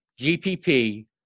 GPP